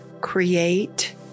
create